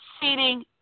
seating